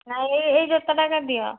ନାହିଁ ଏଇ ଏଇ ଜୋତାଟା ଏକା ଦିଅ